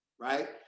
right